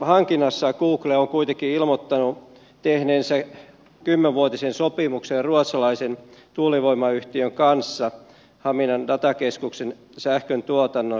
energianhankinnassa google on kuitenkin ilmoittanut tehneensä kymmenvuotisen sopimuksen ruotsalaisen tuulivoimayhtiön kanssa haminan datakeskuksen sähköntuotannosta